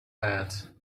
that